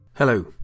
Hello